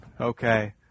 Okay